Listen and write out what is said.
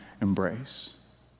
embrace